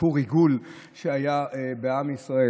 סיפור ריגול שהיה בעם ישראל.